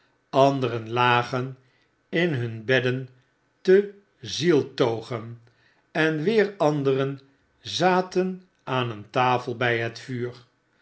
anderen lagen in hun bedden te zieltogen en weer anderen zaten aan een tafel by het vuur